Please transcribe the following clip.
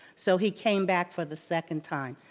so he came back for the second time.